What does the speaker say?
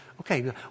okay